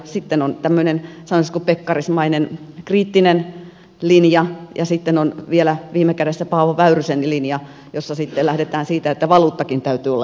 sitten on tämmöinen sanoisiko pekkarismainen kriittinen linja ja sitten on vielä viime kädessä paavo väyrysen linja jossa sitten lähdetään siitä että valuuttakin täytyy olla jo toinen